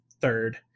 third